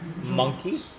monkey